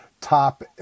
top